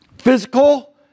physical